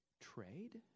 trade